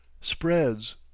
Spreads